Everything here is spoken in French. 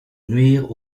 nuire